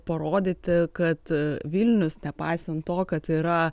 parodyti kad vilnius nepaisant to kad yra